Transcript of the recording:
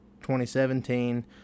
2017